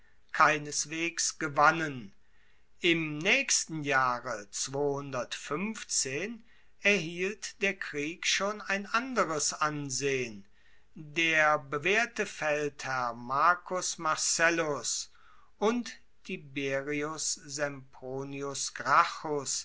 keineswegs gewannen im naechsten jahre erhielt der krieg schon ein anderes ansehen der bewaehrte feldherr marcus marcellus und tiberius